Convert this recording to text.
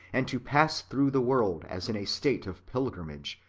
and to pass through the world as in a state of pilgrimage,